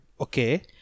Okay